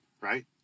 right